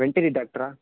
veterinary டாக்ட்ரா